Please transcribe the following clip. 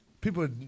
people